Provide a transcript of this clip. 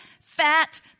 fat